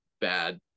bad